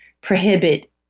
prohibit